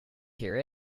hear